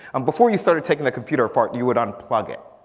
um before you started taking the computer apart you would unplug it.